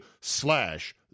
slash